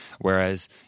Whereas